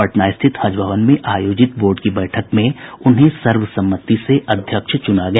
पटना स्थित हज भवन में आयोजित बोर्ड की बैठक में उन्हें सर्वसम्मति से अध्यक्ष चुना गया